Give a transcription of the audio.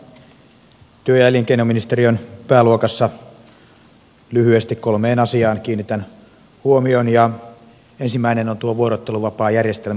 tässä työ ja elinkeinoministeriön pääluokassa lyhyesti kolmeen asiaan kiinnitän huomioni ja ensimmäinen on tuo vuorotteluvapaajärjestelmä